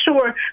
sure